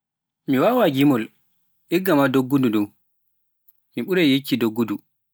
Mi wawaa gimol, igga ma duggudu ndum, mi ɓurai yikki doggudu.